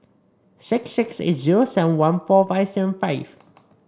six six eight zero seven one four five seven five